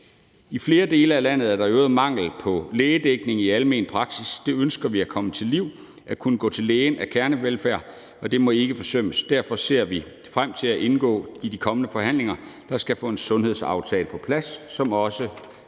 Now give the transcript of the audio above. I flere dele af landet er der i øvrigt mangel på lægedækning i almen praksis. Det ønsker vi at komme til livs. At kunne gå til lægen er kernevelfærd, og det må ikke forsømmes. Derfor ser vi frem til at indgå i de kommende forhandlinger, der skal få en sundhedsaftale på plads, som også tilgodeser